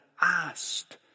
asked